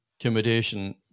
intimidation